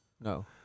No